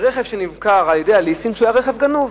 ברכב שנמכר על-ידי חברת ליסינג והיה רכב גנוב,